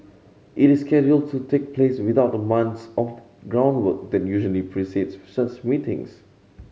it is scheduled to take place without the months of groundwork that usually precedes such meetings